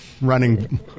Running